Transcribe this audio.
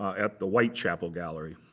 at the white chapel gallery